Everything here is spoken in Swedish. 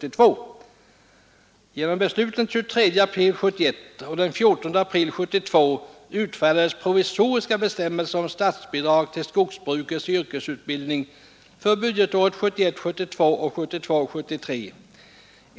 Genom beslut den 23 april 1971 och den 14 april 1972 utfärdades provisoriska bestämmelser om statsbidrag till skogsbrukets yrkesutbildning för budgetåren 1971 73.